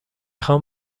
خوام